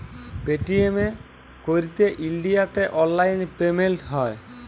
Paytm এ ক্যইরে ইলডিয়াতে অললাইল পেমেল্ট হ্যয়